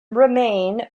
remain